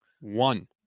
One